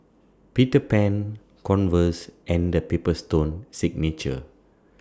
Peter Pan Converse and The Paper Stone Signature